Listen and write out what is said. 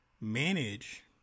manage